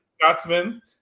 Scotsman